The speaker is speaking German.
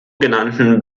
genannten